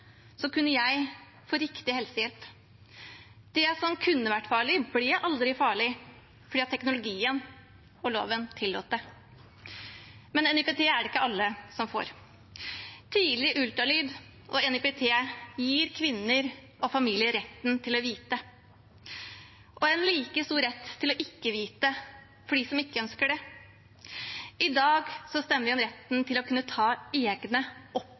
kunne jeg få riktig helsehjelp. Det som kunne vært farlig, ble aldri farlig, fordi teknologien og loven tillot det. Men NIPT er det ikke alle som får. Tidlig ultralyd og NIPT gir kvinner og familier retten til å vite og en like stor rett til ikke å vite for dem som ikke ønsker det. I dag stemmer vi over retten til å ta egne,